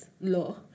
law